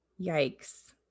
Yikes